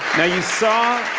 now you saw